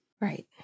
Right